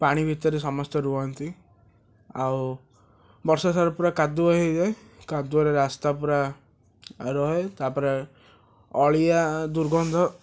ପାଣି ଭିତରେ ସମସ୍ତେ ରୁହନ୍ତି ଆଉ ବର୍ଷା ସାରା ପୁରା କାଦୁଅ ହେଇଯାଏ କାଦୁଅରେ ରାସ୍ତା ପୁରା ରହେ ତାପରେ ଅଳିଆ ଦୁର୍ଗନ୍ଧ